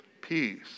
peace